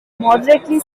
moderately